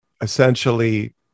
essentially